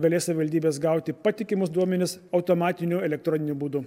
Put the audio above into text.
galės savivaldybės gauti patikimus duomenis automatiniu elektroniniu būdu